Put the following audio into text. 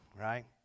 right